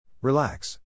Relax